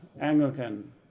Anglican